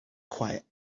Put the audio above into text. quiet